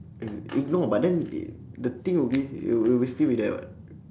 ignore but then it the thing will be it it'll still be there [what]